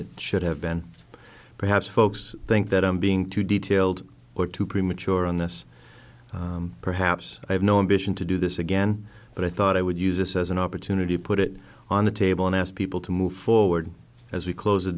it should have been perhaps folks think that i'm being too detailed or too premature on this perhaps i have no ambition to do this again but i thought i would use this as an opportunity to put it on the table and ask people to move forward as we close the